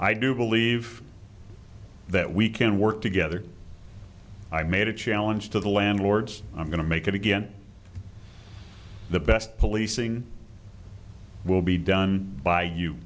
i do believe that we can work together i made a challenge to the landlords i'm going to make it again the best policing will be done by you